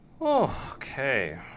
Okay